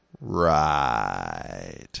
Right